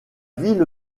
ville